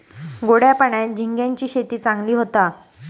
गोड्या पाण्यात झिंग्यांची शेती चांगली होता